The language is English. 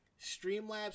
Streamlabs